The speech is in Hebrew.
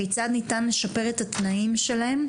כיצד ניתן לשפר את התנאים שלהם.